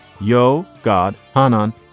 Yo-God-Hanan